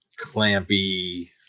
clampy